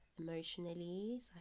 emotionally